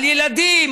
על ילדים,